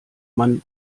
man